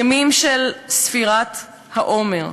הימים של ספירת העומר,